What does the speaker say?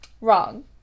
Wrong